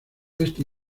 este